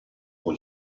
può